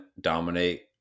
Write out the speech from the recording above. dominate